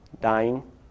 dying